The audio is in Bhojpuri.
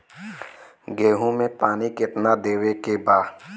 गेहूँ मे पानी कितनादेवे के बा?